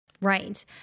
Right